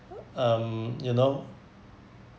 um you know